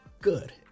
good